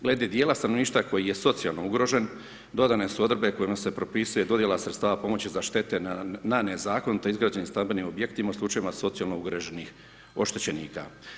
Glede dijela stanovništva koji je socijalno ugrožen dodane su odredbe kojima se propisuje dodjela sredstava pomoći za štete na nezakonito izgrađenim stambenim objektima u slučajevima socijalno ugroženih oštećenika.